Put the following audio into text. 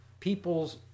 people's